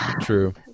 True